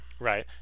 Right